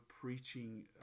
preaching